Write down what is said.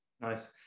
Nice